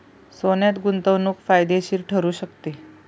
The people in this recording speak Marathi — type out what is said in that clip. सोन्यात गुंतवणूक फायदेशीर ठरू शकते